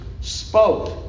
spoke